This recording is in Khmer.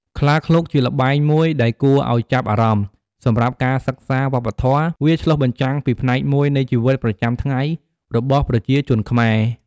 ខ្លាឃ្លោកជាល្បែងមួយដែលគួរឱ្យចាប់អារម្មណ៍សម្រាប់ការសិក្សាវប្បធម៌វាឆ្លុះបញ្ចាំងពីផ្នែកមួយនៃជីវិតប្រចាំថ្ងៃរបស់ប្រជាជនខ្មែរ។